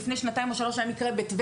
לפני שנתיים או שלוש היה מקרה בטבריה,